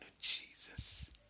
Jesus